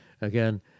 Again